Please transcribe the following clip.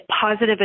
positive